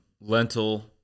lentil